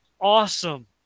awesome